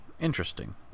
Interesting